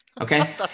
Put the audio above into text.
Okay